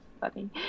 funny